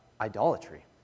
idolatry